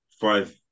five